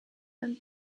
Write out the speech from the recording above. them